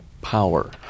power